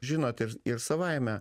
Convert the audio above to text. žinot ir ir savaime